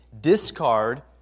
discard